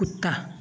कुत्ता